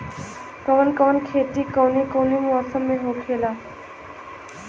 कवन कवन खेती कउने कउने मौसम में होखेला?